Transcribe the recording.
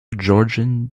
georgian